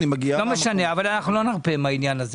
לא נרפה מהעניין.